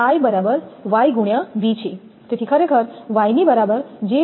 તેથી I બરાબર yv છે તેથી ખરેખર y ની બરાબર 𝑗ωc છે